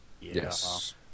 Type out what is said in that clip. Yes